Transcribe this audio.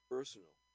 Personal